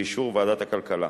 באישור ועדת הכלכלה.